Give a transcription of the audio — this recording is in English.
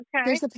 okay